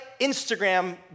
Instagram